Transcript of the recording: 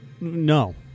no